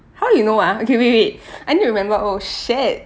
how you know ah okay wait wait I need to remember oh shit